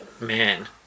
man